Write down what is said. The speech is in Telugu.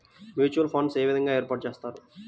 మ్యూచువల్ ఫండ్స్ ఏ విధంగా ఏర్పాటు చేస్తారు?